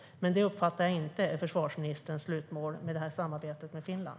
Men detta är, uppfattar jag, inte försvarsministerns slutmål med samarbetet med Finland.